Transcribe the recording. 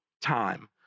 time